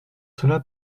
cela